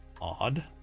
odd